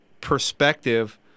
perspective